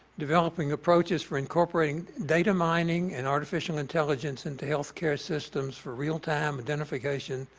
developing approaches for incorporating data mining and artificial intelligence into healthcare systems for real time identification